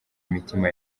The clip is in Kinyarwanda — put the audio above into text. imitima